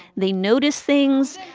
they notice things,